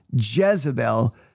Jezebel